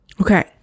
Okay